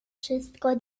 wszystko